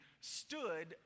stood